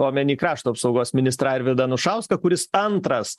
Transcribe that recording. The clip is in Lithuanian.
omenį krašto apsaugos ministrą arvydą anušauską kuris antras